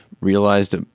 realized